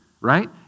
right